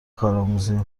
کارآموزی